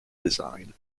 design